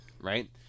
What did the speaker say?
right